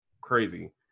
crazy